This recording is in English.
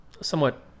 somewhat